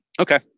Okay